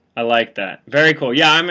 i like that, very cool yah, um